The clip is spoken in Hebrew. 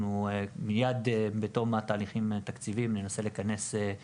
מיד בתום התהליכים התקציביים ננסה לכנס אצלנו דיון,